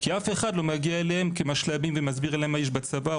כי אף אחד לא מגיע אליהם כמשל"בים ומסביר להם מה יש בצבא,